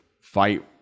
fight